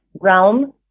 realm